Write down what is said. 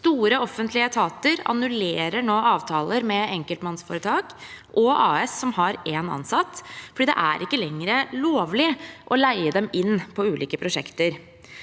Store offentlige etater annullerer nå avtaler med enkeltpersonforetak og ASer som har én ansatt, for det er ikke lenger lovlig å leie dem inn på ulike prosjekter.